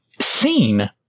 seen